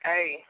Hey